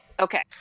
Okay